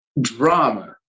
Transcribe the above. drama